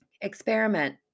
Experiment